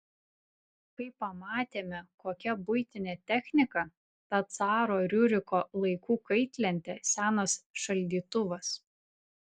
kai pamatėme kokia buitinė technika ta caro riuriko laikų kaitlentė senas šaldytuvas